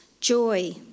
joy